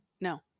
No